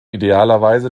idealerweise